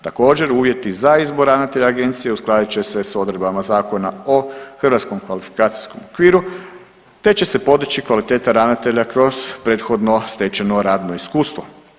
Također, uvjeti za izbor ravnatelja agencije uskladit će se sa odredbama Zakona o hrvatskom kvalifikacijskom okviru, te će se podići kvaliteta ravnatelja kroz prethodno stečeno radno iskustvo.